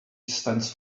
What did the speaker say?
stands